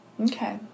okay